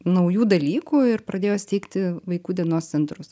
naujų dalykų ir pradėjo steigti vaikų dienos centrus